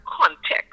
context